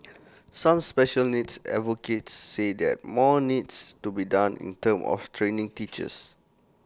some special needs advocates say that more needs to be done in terms of training teachers